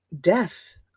death